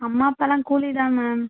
அம்மா அப்பாலாம் கூலி தான் மேம்